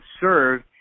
serve